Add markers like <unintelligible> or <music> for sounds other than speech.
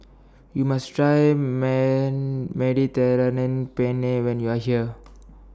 YOU must Try <unintelligible> Mediterranean Penne when YOU Are here